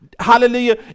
Hallelujah